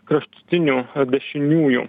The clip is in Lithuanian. kraštutinių dešiniųjų